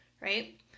right